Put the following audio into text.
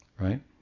right